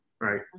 Right